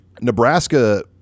Nebraska